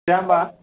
जाया होम्बा